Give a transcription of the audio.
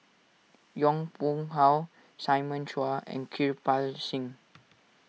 Yong Pung How Simon Chua and Kirpal Singh